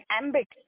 ambit